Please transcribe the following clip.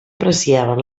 apreciaven